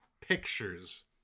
pictures